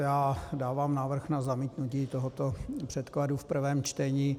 Já dávám návrh na zamítnutí tohoto předkladu v prvém čtení.